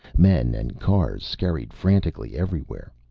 men and cars scurried frantically everywhere.